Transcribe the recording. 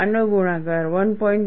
આનો ગુણાકાર 1